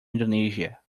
indonesia